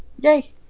Yay